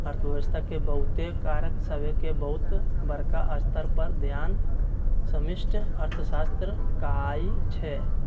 अर्थव्यवस्था के बहुते कारक सभके बहुत बरका स्तर पर अध्ययन समष्टि अर्थशास्त्र कहाइ छै